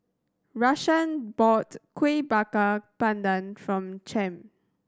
Rashaan bought Kuih Bakar Pandan from Champ